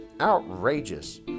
outrageous